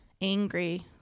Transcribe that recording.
angry